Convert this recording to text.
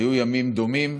היו ימים דומים,